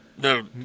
No